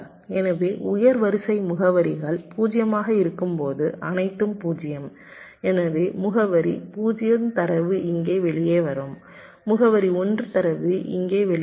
எனவே உயர் வரிசை முகவரிகள் 0 ஆக இருக்கும்போது அனைத்தும் 0 எனவே முகவரி 0 தரவு இங்கே வெளியே வரும் முகவரி 1 தரவு இங்கே வெளியே வரும்